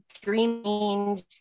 dreaming